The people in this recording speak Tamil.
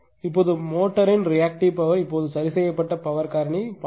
இப்போது மோட்டரின் ரியாக்டிவ் பவர் இப்போது சரிசெய்யப்பட்ட பவர் காரணி 0